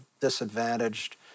disadvantaged